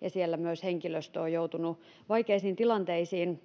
ja siellä myös henkilöstö on joutunut vaikeisiin tilanteisiin